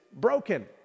broken